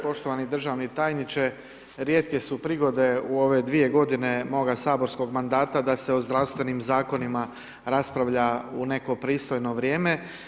Poštovani državni tajniče, rijetke su prigode u ove dvije godine moga saborskog mandata da se o zdravstvenim zakonima raspravlja u neko pristojno vrijeme.